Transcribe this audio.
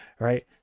Right